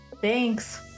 Thanks